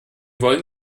wollen